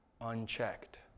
unchecked